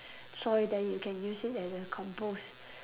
soil then you can use it as a compost